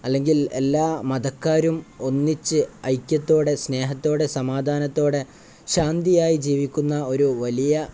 അല്ലെങ്കിൽ എല്ലാ മതക്കാരും ഒന്നിച്ച് ഐക്യത്തോടെ സ്നേഹത്തോടെ സമാധാനത്തോടെ ശാന്തിയായി ജീവിക്കുന്ന ഒരു വലിയ